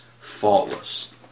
faultless